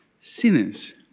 sinners